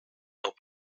nos